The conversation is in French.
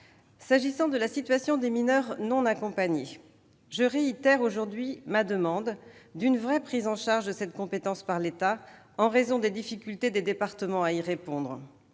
S'agissant de la situation des mineurs non accompagnés, je réitère aujourd'hui ma demande d'une vraie prise en charge de cette compétence par l'État en raison des difficultés des départements à y répondre.